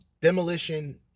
demolition